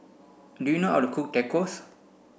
do you know how to cook Tacos